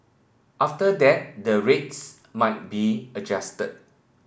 after that the rates might be adjusted